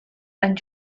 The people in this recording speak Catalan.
han